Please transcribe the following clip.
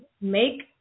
make